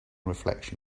reflection